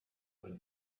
but